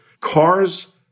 Cars